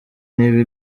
ntiba